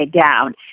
down